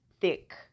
thick